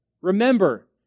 Remember